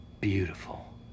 Beautiful